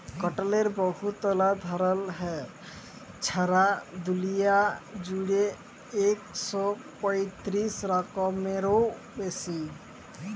কটলের বহুতলা ধরল হ্যয়, ছারা দুলিয়া জুইড়ে ইক শ পঁয়তিরিশ রকমেরও বেশি